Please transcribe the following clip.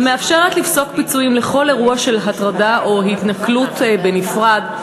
המאפשרת לפסוק פיצויים לכל אירוע של הטרדה או התנכלות בנפרד,